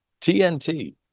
TNT